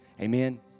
Amen